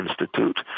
Institute